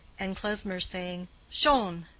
and klesmer saying schon!